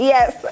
Yes